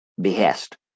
behest